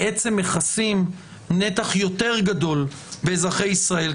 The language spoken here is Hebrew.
מכסים נתח יותר גדול של אזרחי ישראל,